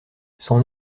son